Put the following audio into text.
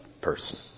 person